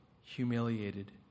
humiliated